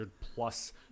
plus